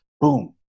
boom